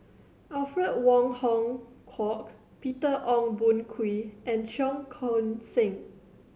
Alfred Wong Hong Kwok Peter Ong Boon Kwee and Cheong Koon Seng